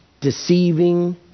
Deceiving